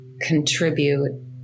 contribute